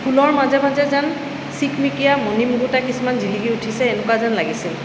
ফুলৰ মাজে মাজে যেন চিকমিকিয়া মণি মুকুতা কিছুমান জিলিকি উঠিছে এনেকুৱা যেন লাগিছে